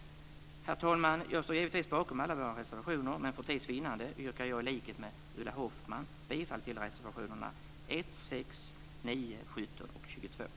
Herr talman! Jag står givetvis bakom alla våra reservationer, men för tids vinnande yrkar jag i likhet med Ulla Hoffmann bifall till reservationerna nr 1, 6,